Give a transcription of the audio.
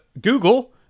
Google